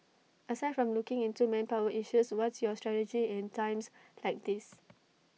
aside from looking into manpower issues what's your strategy in times like these